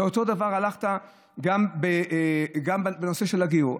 ואותו דבר הלכת גם בנושא של הגיור.